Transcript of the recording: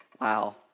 wow